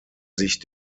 sich